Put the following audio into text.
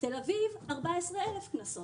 בתל אביב 14,000 קנסות.